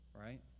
Right